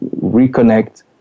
reconnect